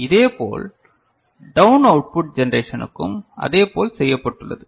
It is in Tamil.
இதேபோல் டவுன் அவுட் புட் ஜெனரேசனக்கும் அதேபோல் செய்யப்பட்டுள்ளது